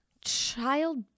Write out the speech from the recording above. child